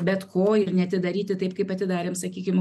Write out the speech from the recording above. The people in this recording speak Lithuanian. bet ko ir neatidaryti taip kaip atidarėm sakykim